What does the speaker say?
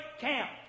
camp